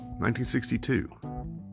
1962